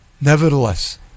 nevertheless